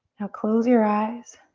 now close your eyes.